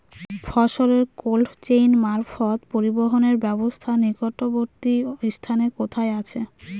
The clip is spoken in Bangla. ফসলের কোল্ড চেইন মারফত পরিবহনের ব্যাবস্থা নিকটবর্তী স্থানে কোথায় আছে?